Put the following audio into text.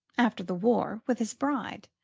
after the war, with his bride,